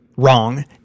Wrong